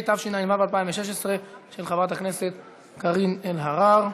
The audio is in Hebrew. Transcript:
התשע"ו 2016, של חברת הכנסת קארין אלהרר.